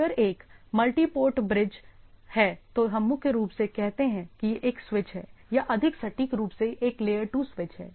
अगर एक multiport bridge है तो हम मुख्य रूप से कहते हैं कि यह एक स्विच है या अधिक सटीक रूप से एक लेयर 2 स्विच है